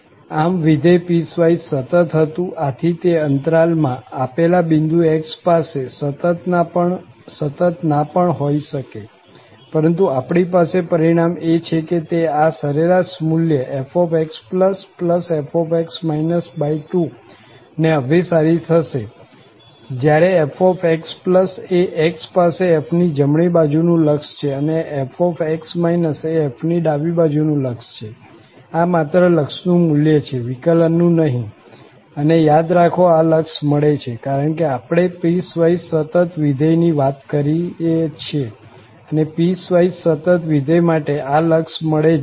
આમ વિધેય પીસવાઈસ સતત હતું આથી તે અંતરાલ માં આપેલા બિંદુ x પાસે સતત ના પણ હોઈ શકે પરંતુ આપણી પાસે પરિણામ એ છે કે તે આ સરેરાશ મુલ્ય fxfx 2 ને અભિસારી થશે જ્યાં fx એ x પાસે f ની જમણી બાજુનું લક્ષ છે અને f એ f ની ડાબી બાજુનું લક્ષ છે આ માત્ર લક્ષનું મુલ્ય છે વિકલનનું નહીં અને યાદ રાખો આ લક્ષ મળે છે કારણ કે આપણે પીસવાઈસ સતત વિધેય ની વાત કરીએ છીએ અને પીસવાઈસ સતત વિધેય માટે આ લક્ષ મળે જ છે